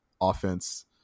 offense –